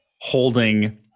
holding